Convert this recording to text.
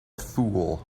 fool